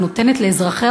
הנותנת לאזרחיה,